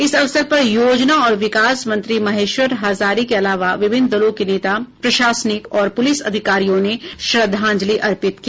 इस अवसर पर योजना और विकास मंत्री महेश्वर हजारी के अलावा विभिन्न दलों के नेता प्रशासनिक और पुलिस अधिकारियों ने श्रद्धांजलि अर्पित की